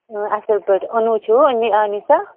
اۭں اصٕل پٲٹھۍ اونمُت چھُو آنِسا